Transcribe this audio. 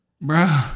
bro